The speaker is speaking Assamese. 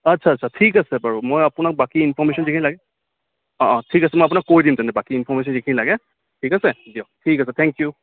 আচ্ছা আচ্ছা ঠিক আছে বাৰু মই আপোনাক বাকী ইনফৰমেইচন যিখিনি লাগে অঁ অঁ ঠিক আছে মই আপোনাক কৈ দিম তেন্তে বাকী ইনফৰমেইচন যিখিনি লাগে ঠিক আছে দিয়ক ঠিক আছে থেংক ইউ